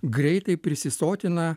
greitai prisisotina